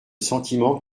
sentiment